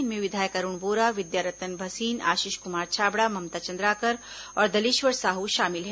इनमें विधायक अरूण वोरा विद्यारतन भसीन आशीष कुमार छाबड़ा ममता चंद्राकर और दलेश्वर साहू शामिल हैं